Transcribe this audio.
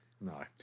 No